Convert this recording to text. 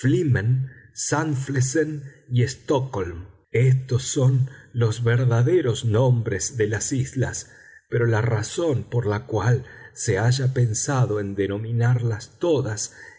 y stockolm éstos son los verdaderos nombres de las islas pero la razón por la cual se haya pensado en denominarlas todas